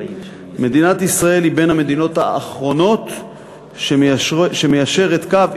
מדינת ישראל היא בין המדינות האחרונות שמיישרת קו,